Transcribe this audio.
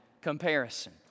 comparison